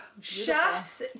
Chef's